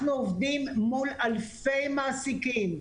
אנחנו עובדים מול אלפי מעסיקים.